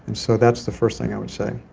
and so that's the first thing i would say.